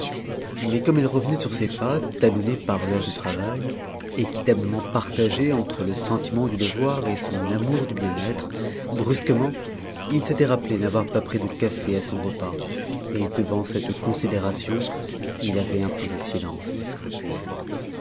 mais comme il revenait sur ses pas talonné par l'heure du travail équitablement partagé entre le sentiment du devoir et son amour du bien-être brusquement il s'était rappelé n'avoir pas pris de café à son repas et devant cette considération il avait imposé silence à ses scrupules